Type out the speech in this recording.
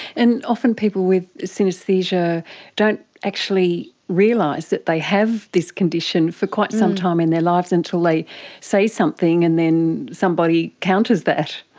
and often people with synaesthesia don't actually realise that they have this condition for quite some time in their lives until they say something and then somebody counters that.